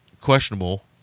questionable